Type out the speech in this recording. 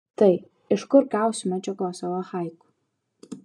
tai iš kur gausiu medžiagos savo haiku